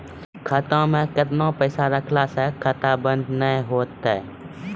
खाता मे केतना पैसा रखला से खाता बंद नैय होय तै?